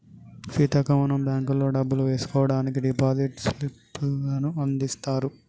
సీతక్క మనం బ్యాంకుల్లో డబ్బులు వేసుకోవడానికి డిపాజిట్ స్లిప్పులను అందిత్తారు